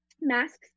masks